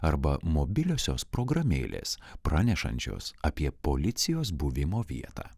arba mobiliosios programėlės pranešančios apie policijos buvimo vietą